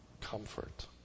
comfort